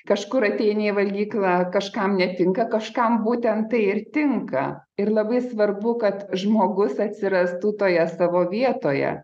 kažkur ateini į valgyklą kažkam netinka kažkam būtent tai ir tinka ir labai svarbu kad žmogus atsirastų toje savo vietoje